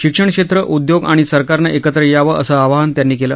शिक्षणक्षेत्र उद्योग आणि सरकारनं एकत्र यावं असं आवाहन त्यांनी केलं